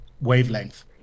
wavelength